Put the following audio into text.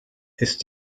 ist